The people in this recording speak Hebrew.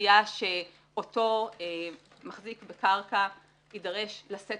הציפייה שאותו מחזיק בקרקע יידרש לשאת